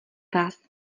vás